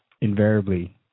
invariably